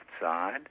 side